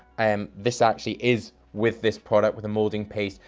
um this actually is, with this product, with a moulding paste,